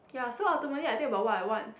ya so ultimately I think about what I want